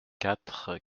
quatre